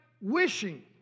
wishing